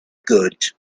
good